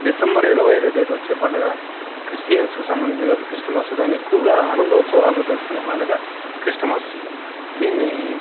December ఇరవై ఐదవ తేదీ వచ్చే పండగ క్రిస్టియన్స్ సంబంధించింది కాబట్టి క్రిస్టమస్ దాన్ని ఎక్కువగా ఆనంద ఉత్సవాలతో జరుపుకునే పండుగ క్రిస్టమస్ దీన్ని